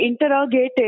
interrogated